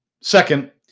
Second